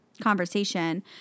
conversation